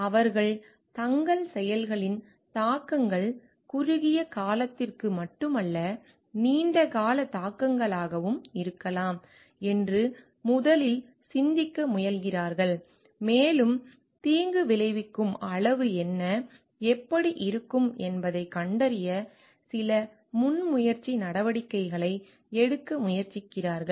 அவர்கள் தங்கள் செயல்களின் தாக்கங்கள் குறுகிய காலத்திற்கு மட்டுமல்ல நீண்ட கால தாக்கங்களாகவும் இருக்கலாம் என்று முதலில் சிந்திக்க முயல்கிறார்கள் மேலும் தீங்கு விளைவிக்கும் அளவு என்ன எப்படி இருக்கும் என்பதைக் கண்டறிய சில முன்முயற்சி நடவடிக்கைகளை எடுக்க முயற்சிக்கிறார்கள்